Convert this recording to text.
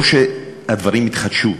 לא שהדברים התחדשו.